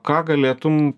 ką galėtum